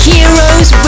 Heroes